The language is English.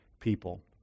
people